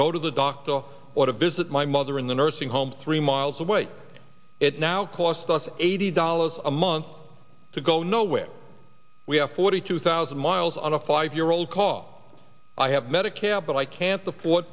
go to the doctor or to visit my mother in the nursing home three miles away it now cost us eighty dollars a month to go nowhere we have forty two thousand miles on a five year old call i have medicare but i can't afford